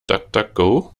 duckduckgo